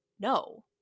no